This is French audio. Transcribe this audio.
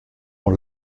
dans